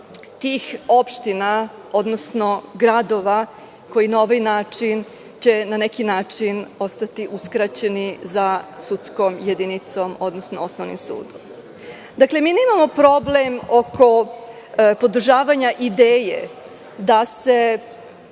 tih opština, odnosno gradova koji na ovaj način će na neki način ostati uskraćeni za sudskom jedinicom, odnosno osnovnim sudom? Mi nemamo problem oko podržavanja ideje da se